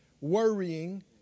Worrying